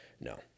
No